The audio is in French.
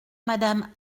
madame